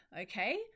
okay